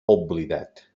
oblidat